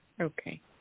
Okay